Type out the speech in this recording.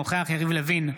אינו נוכח יריב לוין,